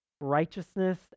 righteousness